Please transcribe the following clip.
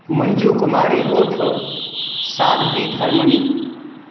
मंजू कुमारी उर्फ़ साध्वी धर्मनी